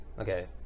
Okay